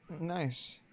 Nice